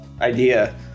idea